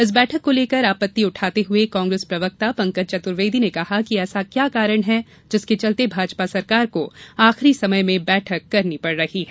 इस बैठक को लेकर आपत्ति उठाते हुए कांग्रेस प्रवक्ता पंकज चतुर्वेदी ने कहा कि ऐसा क्या कारण है जिसके चलते भाजपा सरकार को आखिरी समय में बैठक करनी पड़ रही है